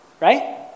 right